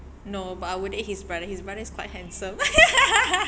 no but I would date his brother his brother is quite handsome